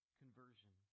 conversion